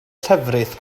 llefrith